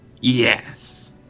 Yes